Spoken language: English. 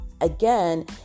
again